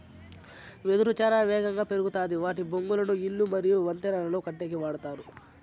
వెదురు చానా ఏగంగా పెరుగుతాది వాటి బొంగులను ఇల్లు మరియు వంతెనలను కట్టేకి వాడతారు